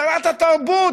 שרת התרבות,